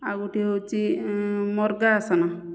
ଆଉ ଗୋଟିଏ ହେଉଛି ମର୍ଗାଆସନ